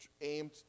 aimed